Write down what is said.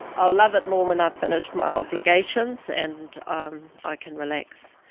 i'll love it more when i finish my obligations, and i can relax.